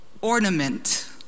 ornament